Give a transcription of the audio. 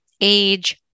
age